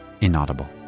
inaudible